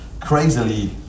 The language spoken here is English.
crazily